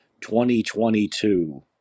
2022